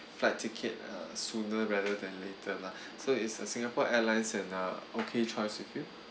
flight ticket uh sooner rather than later lah so is uh singapore airlines an uh okay choice for you